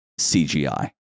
CGI